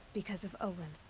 because of olin.